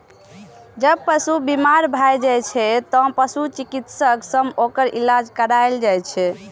जब पशु बीमार भए जाइ छै, तें पशु चिकित्सक सं ओकर इलाज कराएल जाइ छै